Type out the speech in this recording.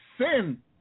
sin